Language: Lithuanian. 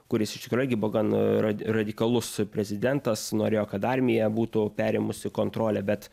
kuris iš tikrųjų irgi buvo gan ra radikalus prezidentas norėjo kad armija būtų perėmusi kontrolę bet